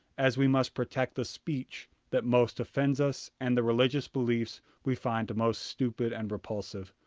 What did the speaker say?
as we must protect the speech that most offends us and the religious beliefs we find most stupid and repulsive.